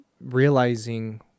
realizing